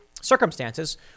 circumstances